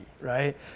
right